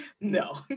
no